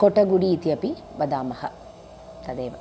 कोटगुडि इत्यपि वदामः तदेव